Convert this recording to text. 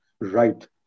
right